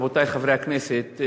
רבותי חברי הכנסת,